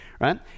right